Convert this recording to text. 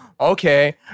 Okay